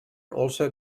also